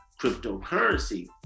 cryptocurrency